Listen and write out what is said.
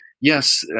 yes